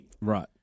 Right